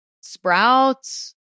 Sprouts